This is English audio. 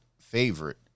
favorite